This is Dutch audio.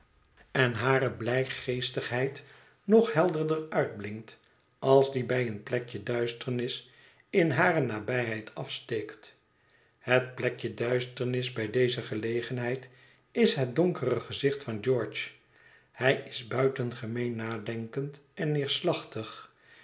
en hare blij geestigheid nog helderder uitblinkt als die bij een plekje duisternis in hare nabijheid afsteekt het plekje duisternis bij deze gelegenheid is het donkere gezicht van george hij is buitengemeen nadenkend en neerslachtig